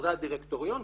חברי הדירקטוריון,